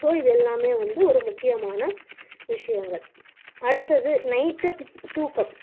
so இது எல்லாம் வந்து ஒரு முக்கியமான விஷயங்கள் அடுத்தது நைட்டு டூ கப்